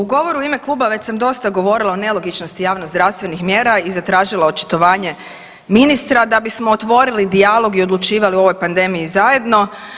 U govoru u ime kluba već sam dosta govorila o nelogičnosti javno-zdravstvenih mjera i zatražila očitovanje ministra da bismo otvorili dijalog i odlučivali o ovoj pandemiji zajedno.